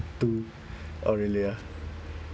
two oh really ah